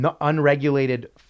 unregulated